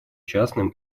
частным